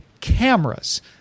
cameras